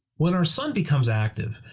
when our sun becomes active,